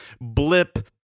blip